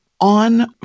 on